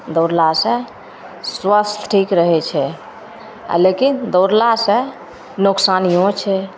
दौड़लासे स्वास्थ्य ठीक रहै छै आओर लेकिन दौड़लासे नोकसानो छै